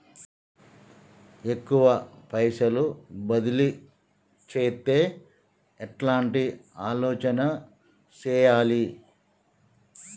ఎక్కువ పైసలు బదిలీ చేత్తే ఎట్లాంటి ఆలోచన సేయాలి?